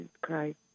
Christ